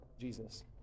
Jesus